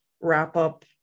wrap-up